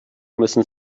müssen